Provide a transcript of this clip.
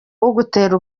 ugutera